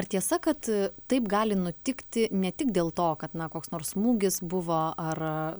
ar tiesa kad taip gali nutikti ne tik dėl to kad na koks nors smūgis buvo ar